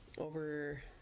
over